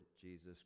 Jesus